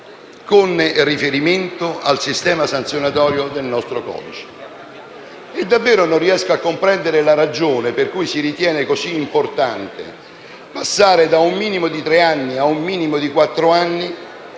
con riferimento al sistema sanzionatorio del nostro codice. Davvero non riesco a comprendere la ragione per cui si ritiene così importante passare da un minimo di tre anni ad un minimo di quattro anni,